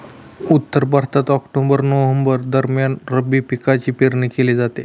उत्तर भारतात October November दरम्यान रब्बी पिकांची पेरणी केली जाते